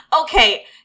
Okay